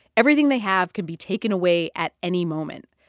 everything they have can be taken away at any moment.